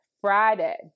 Friday